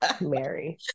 Mary